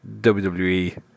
WWE